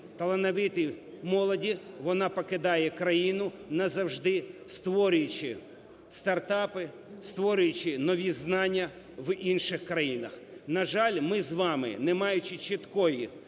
талановитій молоді, вона покидає країну назавжди, створюючи стартапи, створюючи нові знання в інших країнах. На жаль, ми з вами, не маючи чіткої,